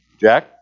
Jack